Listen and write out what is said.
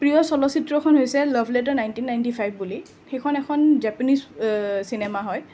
প্ৰিয় চলচ্চিত্ৰখন হৈছে love letter nineteen ninety five বুলি সেইখন এখন জাপানীজ চিনেমা হয়